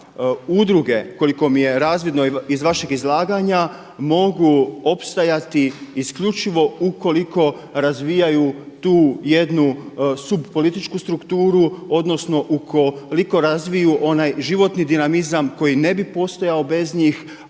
Udruge koliko mi je razvidno iz vašeg izlaganja mogu opstajati isključivo ukoliko razvijaju tu jednu subpolitičku strukturu, odnosno ukoliko razviju onaj životni dinamizam koji ne bi postojao bez njih,